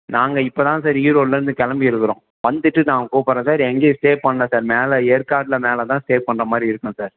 நாங்கள் இப்போ தான் சார் ஈரோடுலந்து கிளம்பியிருக்கிறோம் வந்துவிட்டு நான் கூப்பிடுறன் சார் எங்கேயும் ஸ்டே பண்ணலை சார் மேலே ஏற்காடில் மேலே தான் ஸ்டே பண்ணுற மாதிரி இருக்கும் சார்